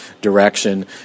direction